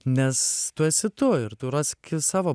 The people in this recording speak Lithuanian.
nes tu esi tu ir tu raski savo